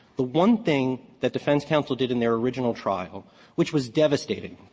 the one thing that defense counsel did in their original trial which was devastating,